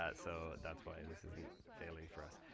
ah so that's why this isn't failing for us.